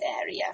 area